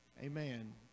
Amen